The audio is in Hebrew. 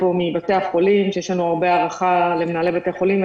פה מבתי החולים שיש לנו הרבה הערכה למנהלי בתי החולים.